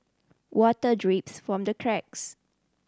water drips from the cracks